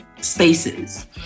spaces